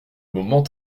moment